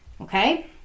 Okay